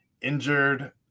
injured